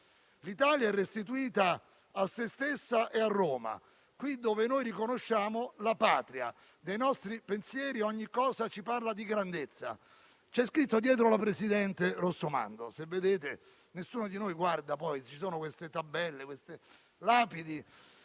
«L'Italia è restituita a se stessa e a Roma. Qui, dove noi riconosciamo la patria dei nostri pensieri, ogni cosa ci parla di grandezza». È scritto dietro la presidente Rossomando. Nessuno di noi le guarda, ma ci sono queste lapidi.